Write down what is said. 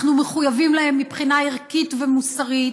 אנחנו מחויבים להם מבחינה ערכית ומוסרית.